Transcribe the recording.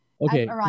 Okay